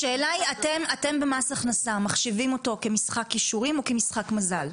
השאלה היא: אתם במס הכנסה מחשיבים אותו כמשחק כישורים או כמשחק מזל?